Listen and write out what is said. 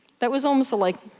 that was almost a like,